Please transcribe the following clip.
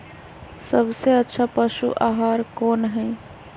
सबसे अच्छा पशु आहार कोन हई?